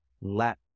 let